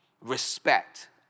respect